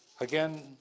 again